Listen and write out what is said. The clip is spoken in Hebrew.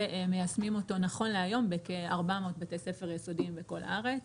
ומיישמים אותו נכון להיום בכ-400 בתי ספר יסודיים בכל הארץ.